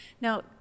Now